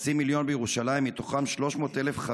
חצי מיליון בירושלים, ומתוכם 300,000 חרדים,